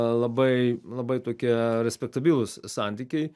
labai labai tokie respektabilūs santykiai